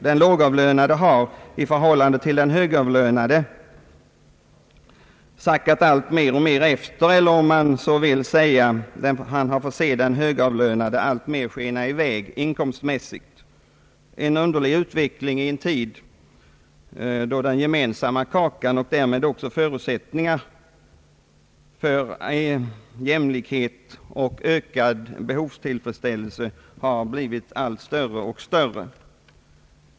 Den lågavlönade har i förhållande till den högavlönade sackat efter alltmer, eller, om man vill uttrycka det så, fått se den högavlönade alltmer skena i väg inkomstmässigt. En underlig utveckling i en tid då den gemensamma kakan och därmed också förutsättningarna för ökad jämlikhet och ökad behovstillfredsställelse blivit allt större.